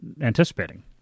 anticipating